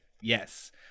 Yes